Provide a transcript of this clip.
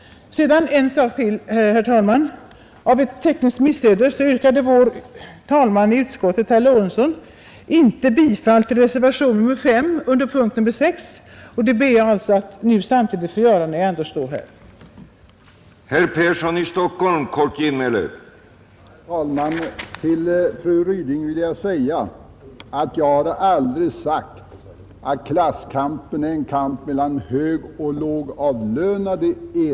Sedan en sak till, herr talman! Av ett tekniskt missöde yrkade vår talesman i utskottet herr Lorentzon inte bifall till reservationen 5 under punkten C. Detta ber jag alltså att nu samtidigt få göra, när jag ändå står i talarstolen.